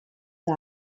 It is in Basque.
eta